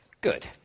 Good